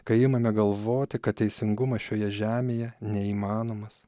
kai imame galvoti kad teisingumas šioje žemėje neįmanomas